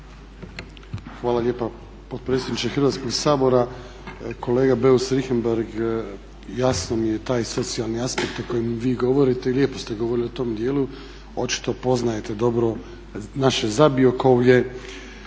Hvala lijepa potpredsjedniče Hrvatskog sabora. Kolega Beus-Richembergh jasan mi je taj socijalni aspekt o kojem vi govorite i lijepo ste govorili o tom dijelu. Očito poznajete dobro naše Zabiokovlje.